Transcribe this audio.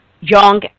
young